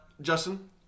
Justin